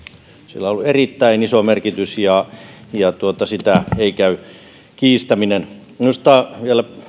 sillä on ollut erittäin iso merkitys ja sitä ei käy kiistäminen minusta